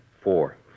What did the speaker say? Four